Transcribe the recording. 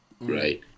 Right